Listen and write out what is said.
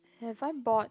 have I bought